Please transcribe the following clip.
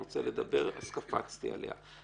אני רוצה לדבר אז קפצתי עליה.